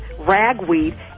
ragweed